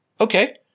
okay